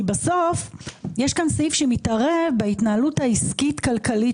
בסוף יש כאן סעיף שמתערב בהתנהלות העסקית-כלכלית